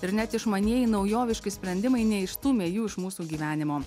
ir net išmanieji naujoviški sprendimai neišstūmė jų iš mūsų gyvenimo